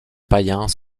païens